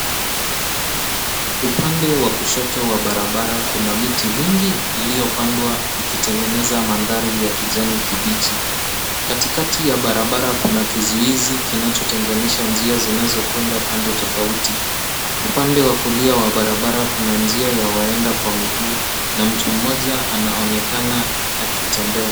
Upande wa kushoto wa barabara kuna miti mingi iliyopandwa ikitengeneza mandhari ya kijani kibichi. Katikati ya barabara kuna kizuizi kinachotenganisha njia zinazokwenda pande tofauti. Upande wa kulia wa barabara kuna njia ya waenda kwa miguu, na mtu mmoja anaonekana akitembea.